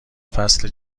فصل